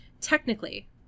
technically